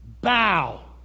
bow